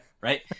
right